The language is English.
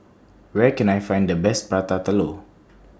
Where Can I Find The Best Prata Telur